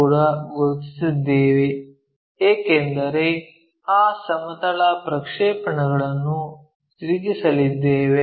ಕೂಡ ಗುರುತಿಸುತ್ತಿದ್ದೇವೆ ಏಕೆಂದರೆ ಆ ಸಮತಲ ಪ್ರಕ್ಷೇಪಣಗಳನ್ನು ತಿರುಗಿಸಲಿದ್ದೇವೆ